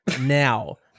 Now